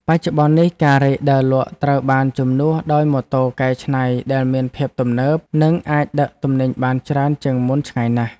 បច្ចុប្បន្ននេះការរែកដើរលក់ត្រូវបានជំនួសដោយម៉ូតូកែច្នៃដែលមានភាពទំនើប និងអាចដឹកទំនិញបានច្រើនជាងមុនឆ្ងាយណាស់។